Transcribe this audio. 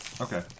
Okay